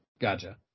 Gotcha